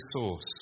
source